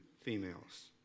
females